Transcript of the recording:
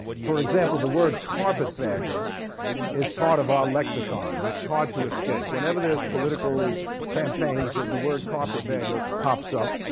for example, the word carpetbagger is part of our lexicon. it's hard to escape. whenever there's political campaigns, the word carpetbagger pops up.